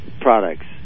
Products